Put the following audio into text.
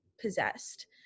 possessed